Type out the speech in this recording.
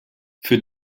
für